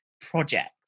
project